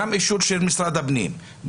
גם אישור של משרד הפנים,